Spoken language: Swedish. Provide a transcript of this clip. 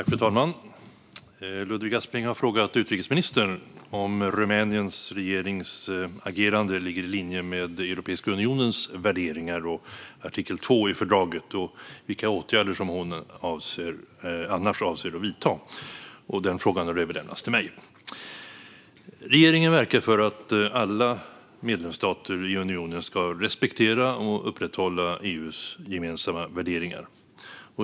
Fru talman! Ludvig Aspling har frågat utrikesministern om Rumäniens regerings agerande ligger i linje med Europeiska unionens värderingar och artikel 2 i fördraget samt vilka åtgärder hon annars avser att vidta. Frågan har överlämnats till mig. Regeringen verkar för att alla medlemsstater i unionen ska respektera och upprätthålla EU:s gemensamma värderingar.